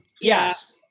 Yes